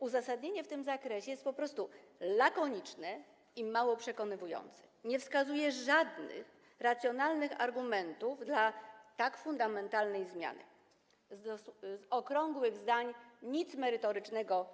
Uzasadnienie w tym zakresie jest po prostu lakoniczne i mało przekonujące, nie wskazuje żadnych racjonalnych argumentów za tak fundamentalną zmianą, z okrągłych zdań nie wynika nic merytorycznego.